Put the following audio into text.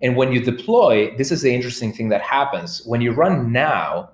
and when you deploy, this is the interesting thing that happens. when you run now